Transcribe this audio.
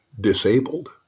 disabled